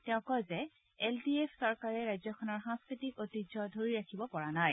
তেওঁ কয় যে এল ডি এফ চৰকাৰে ৰাজ্যখনৰ সাংস্থতিক ঐতিহ্য ধৰি ৰাখিব পৰা নাই